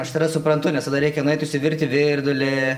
aš tave suprantu nes tada reikia nueiti išsivirti virdulį